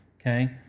okay